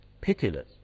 pitiless